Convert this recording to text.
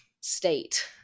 state